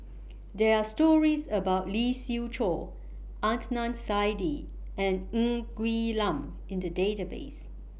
There Are stories about Lee Siew Choh Adnan Saidi and Ng Quee Lam in The Database